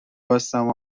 بستم